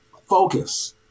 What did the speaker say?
focus